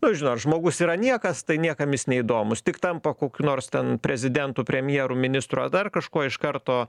nu žinot žmogus yra niekas tai niekam jis neįdomus tik tampa kokiu nors ten prezidentu premjeru ministru ar dar kažkuo iš karto